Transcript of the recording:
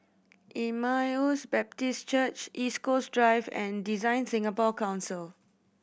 Emmaus Baptist Church East Coast Drive and DesignSingapore Council